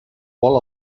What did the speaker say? vol